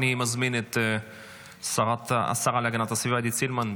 אני מזמין השרה להגנת הסביבה עידית סילמן,